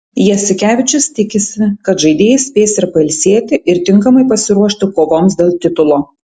jasikevičius tikisi kad žaidėjai spės ir pailsėti ir tinkamai pasiruošti kovoms dėl titulo